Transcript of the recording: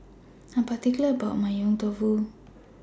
I Am particular about My Yong Tau Foo